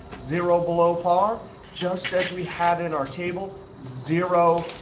zero, below par just as we had in our table zero,